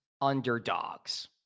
underdogs